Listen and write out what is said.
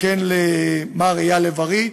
וכן למר אייל לב-ארי,